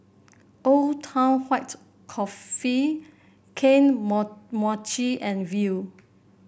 Old Town White Coffee Kane Mochi and Viu